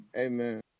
Amen